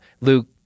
luke